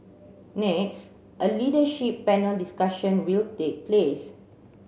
next a leadership panel discussion will take place